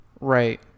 right